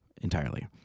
entirely